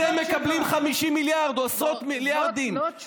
אתם מקבלים 50 מיליארד, או עשרות מיליארדים.